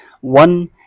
one